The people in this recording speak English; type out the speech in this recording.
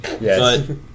Yes